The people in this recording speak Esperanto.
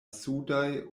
sudaj